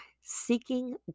seeking